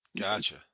Gotcha